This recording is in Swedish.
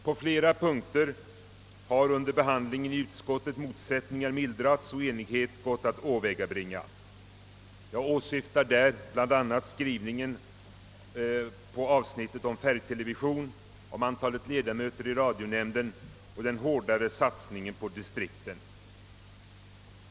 På flera punkter har under behandlingen i utskottet motsättningar mildrats och enighet gått att åvägabringa. Jag syftar bl.a. på skrivningen i avsnitten om färg-TV, om antalet ledamöter i radionämnden och om den hårdare satsningen på distrikten.